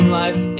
life